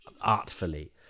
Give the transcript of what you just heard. artfully